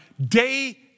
day